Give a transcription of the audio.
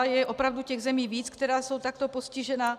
Je opravdu těch zemí víc, které jsou takto postižené.